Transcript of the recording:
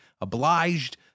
obliged